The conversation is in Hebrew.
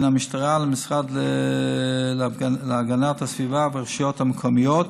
המשטרה למשרד להגנת הסביבה והרשויות המקומיות,